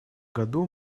году